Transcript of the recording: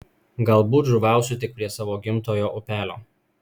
galbūt žuvausiu tik prie savo gimtojo upelio